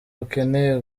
rukeneye